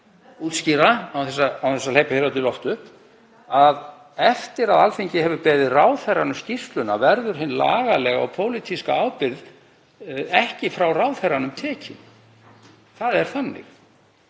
útskýra án þess að hleypa hér öllu í loft upp, að eftir að Alþingi hefur beðið ráðherrann um skýrsluna verður hin lagalega og pólitíska ábyrgð ekki frá ráðherranum tekin. Það er þannig